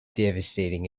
devastating